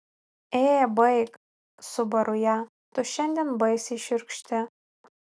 ė baik subaru ją tu šiandien baisiai šiurkšti